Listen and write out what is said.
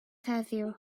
heddiw